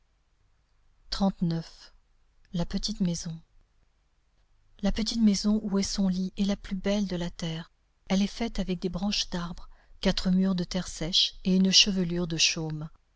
la petite maison la petite maison où est son lit est la plus belle de la terre elle est faite avec des branches d'arbre quatre murs de terre sèche et une chevelure de chaume